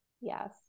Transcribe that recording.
Yes